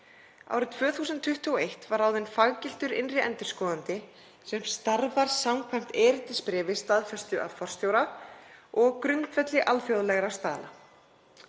Árið 2021 var ráðinn faggiltur innri endurskoðandi sem starfar samkvæmt erindisbréfi staðfestu af forstjóra og á grundvelli alþjóðlegra staðla.